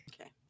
Okay